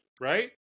Right